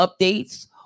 updates